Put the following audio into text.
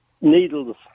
needles